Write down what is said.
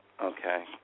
Okay